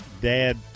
Dad